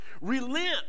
relent